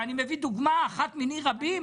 אני מביא דוגמה אחת מיני רבות,